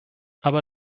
aber